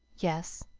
yes.